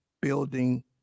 building